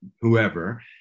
whoever